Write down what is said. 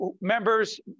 Members